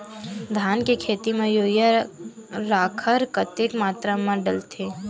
धान के खेती म यूरिया राखर कतेक मात्रा म डलथे?